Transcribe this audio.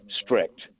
strict